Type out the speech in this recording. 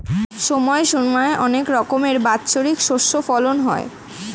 সময় সময় অনেক রকমের বাৎসরিক শস্য ফলন হয়